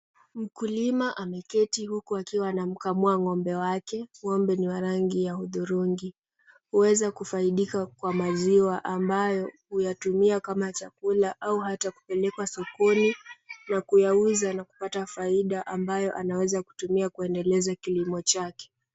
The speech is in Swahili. Mkulima ameketi huku akiwa anamkamua ngombe wake. Ngombe ni wa rangi ya hudhurungi. Huweza kufaidika kwa maziwa ambayo huyatumia kama chakula au hata kupelekwa sokoni na kuyauza na kupata faida ambayo anaweza kutumia kuendeleza kilimo chake.